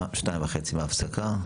בשעה 14:30 מהפסקה.